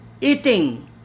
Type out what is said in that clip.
eating